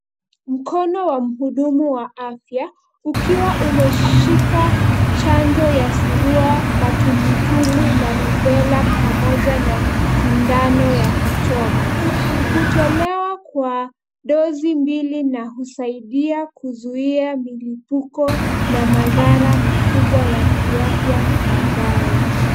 Mkono wa mhudumu wa afya ukiwa umeshika chanjo ya surua matumbwitumbwi na rubella pamoja na sindano ya kuchoma. Hutolewa kwa dozi mbili na husaidia kuzuia milipuko na madhara makubwa ya kiafya baadaye.